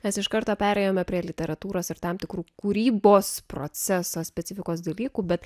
mes iš karto perėjome prie literatūros ir tam tikrų kūrybos proceso specifikos dalykų bet